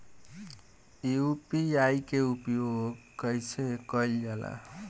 UPI के उपयोग कइसे कइल जाला?